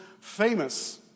famous